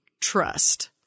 trust